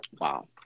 wow